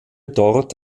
dort